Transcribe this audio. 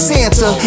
Santa